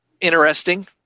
interesting